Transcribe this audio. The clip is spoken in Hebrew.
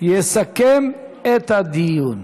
יסכם את הדיון.